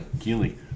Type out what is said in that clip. Keely